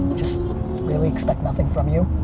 just really expect nothing from you.